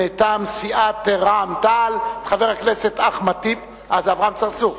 מטעם סיעת רע"ם-תע"ל, חבר הכנסת אברהים צרצור,